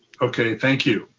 okay, thank you.